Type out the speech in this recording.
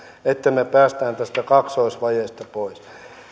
että me pääsemme tästä kaksoisvajeesta pois